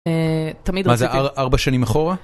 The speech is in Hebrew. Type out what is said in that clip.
תמיד... מה זה, ארבע שנים אחורה?